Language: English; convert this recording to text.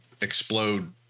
explode